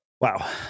Wow